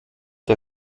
der